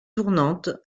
tournante